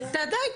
די,